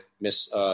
Miss